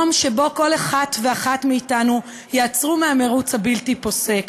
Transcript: יום שבו כל אחד ואחת מאתנו יעצרו מהמירוץ הבלתי-פוסק